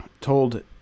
told